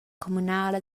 communala